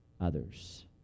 others